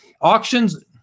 auctions